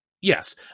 Yes